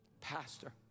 pastor